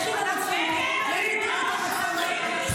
לכי תראי את הפרסומות.